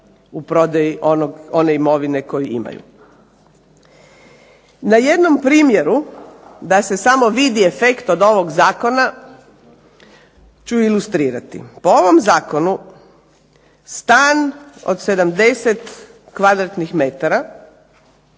u prodaji one imovine koju imaju. Na jednom primjeru, da se samo vidi efekt od ovog zakona, ću ilustrirati. Po ovom zakonu stan od 70 m2, država